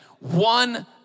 One